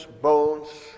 bones